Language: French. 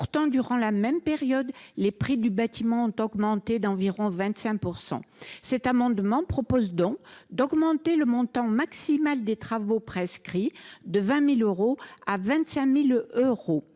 Pourtant, durant la même période, les prix du bâtiment ont augmenté d’environ 25 %. Cet amendement vise donc à augmenter le montant maximal des travaux prescrits, en le faisant passer de 20 000 euros